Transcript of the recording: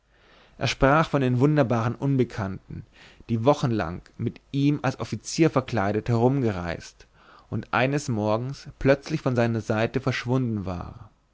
er sprach von der wunderbaren unbekannten die wochenlang mit ihm als offizier verkleidet herumgereist und eines morgens plötzlich von seiner seite verschwunden war